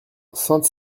sainte